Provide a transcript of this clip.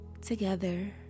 together